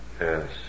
Yes